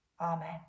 Amen